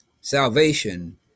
Salvation